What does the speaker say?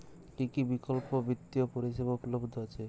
কী কী বিকল্প বিত্তীয় পরিষেবা উপলব্ধ আছে?